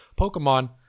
Pokemon